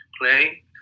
play